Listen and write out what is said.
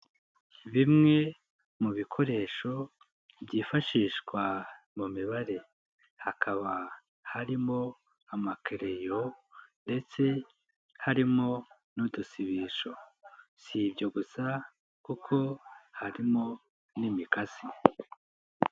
Bimwe mu bikoresho byifashishwa mu mibare hakaba harimo amakereleyo ndetse harimo n'udusibisho, si ibyo gusa kuko harimo n'imikasi.